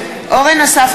אבל הבעיה היא למה הם נוסעים